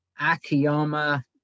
Akiyama